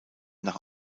nach